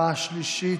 בקריאה שלישית,